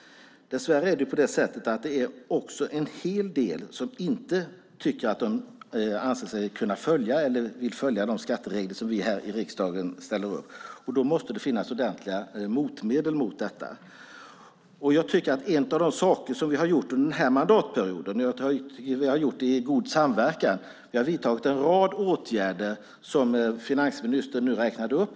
Dess värre är det också en hel del som inte anser sig kunna eller inte vill följa de skatteregler som vi här i riksdagen ställer upp. Då måste det finnas ordentliga motmedel mot detta. Det vi har gjort under den här mandatperioden i god samverkan är att vi har vidtagit en rad åtgärder, som finansministern räknade upp här.